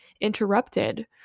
interrupted